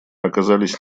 оказались